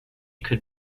could